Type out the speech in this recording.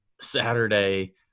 Saturday –